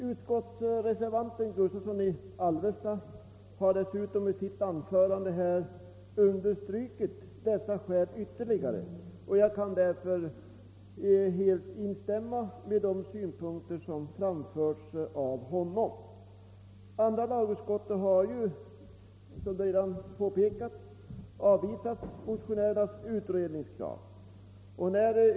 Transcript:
Utskottsreservanten herr Gustavsson i Alvesta har i sitt anförande ytterligare understrukit dessa skäl, och jag kan helt instämma i de synpunkter som han framfört. Andra lagutskottet har, som redan påpekats, avstyrkt motionärernas utredningskrav.